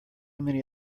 many